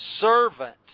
servant